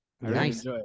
Nice